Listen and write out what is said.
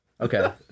okay